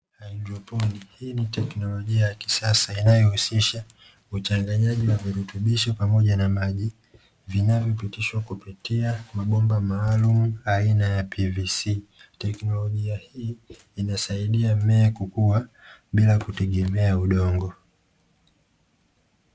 Haidroponi, hii ni teknolojia ya kisasa inayohusisha uchanganyaji wa virutubisho pamoja na maji, vinavyopitishwa kupitia mabomba maalumu aina ya "pvc". Teknolojia hii husaidia mmea kukua bila kutegemea udongo.